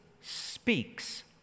speaks